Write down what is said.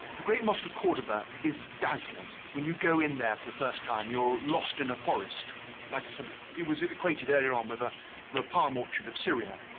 the great musket cordoba is dazzling when you go in there for the first time you're lost in a forest like sort of it was equated earlier on with a the palm orchard of syria